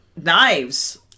knives